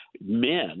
men